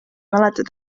mäleta